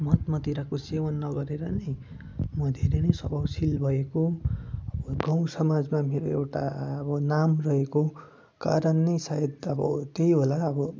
मद मदिराको सेवन नगरेर नै म धेरै नै स्वभावशील भएको गाउँ समाजमा मेरो एउटा अब नाम रहेको कारण नै सायद अब त्यही होला अब